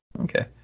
Okay